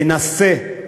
תנסה,